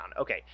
okay